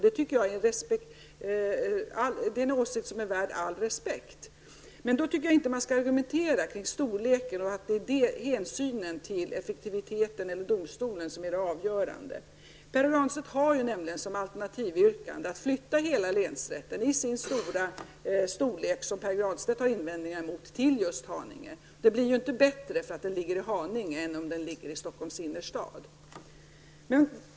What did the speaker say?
Det är en åsikt som är värd all respekt, men man bör då enligt min mening inte argumentera kring storleken och säga att det är hänsynen till effektiviteten eller domstolen som är det avgörande. Pär Granstedt har ju nämligen som alternativyrkande att hela länsrätten, i sin nuvarande storlek -- vilken Pär Granstedt har invändningar emot -- flyttas till just Haninge. Men verksamheten fungerar ju inte bättre om länsrätten ligger i Haninge än om den ligger i Stockholms innerstad.